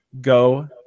go